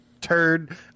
turd